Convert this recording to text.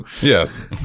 Yes